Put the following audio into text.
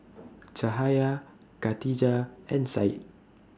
Cahaya Katijah and Said